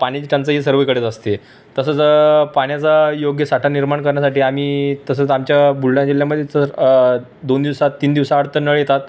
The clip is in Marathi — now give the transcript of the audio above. पाण्याची टंचाई सर्वाकडेच असते तसंच पाण्याचा योग्य साठा निर्माण करण्यासाठी आम्ही तसंच आमच्या बुलढाणा जिल्ह्यामध्येच चर दोन दिवसात तीन दिवसाआड तर नळ येतात